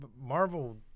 Marvel